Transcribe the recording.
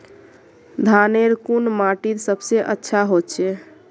धानेर कुन माटित सबसे अच्छा होचे?